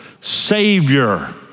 savior